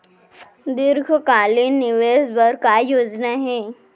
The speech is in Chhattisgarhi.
दीर्घकालिक निवेश बर का योजना हे?